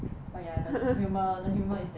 but ya the humor the humor is there